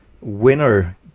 winner